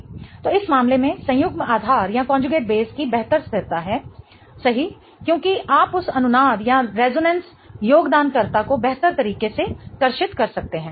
तो इस मामले में संयुग्म आधार की बेहतर स्थिरता है सही क्योंकि आप उस अनुनाद योगदानकर्ता को बेहतर तरीके से कर्षित कर सकते हैं